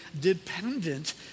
dependent